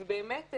ובאמת,